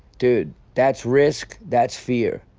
dude that's risk, that's fear,